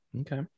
okay